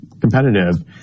competitive